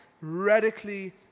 radically